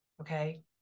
okay